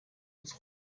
ins